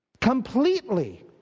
completely